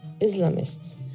Islamists